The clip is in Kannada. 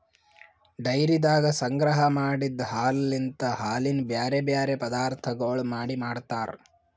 ಡೈರಿದಾಗ ಸಂಗ್ರಹ ಮಾಡಿದ್ ಹಾಲಲಿಂತ್ ಹಾಲಿನ ಬ್ಯಾರೆ ಬ್ಯಾರೆ ಪದಾರ್ಥಗೊಳ್ ಮಾಡಿ ಮಾರ್ತಾರ್